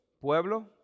pueblo